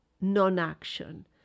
non-action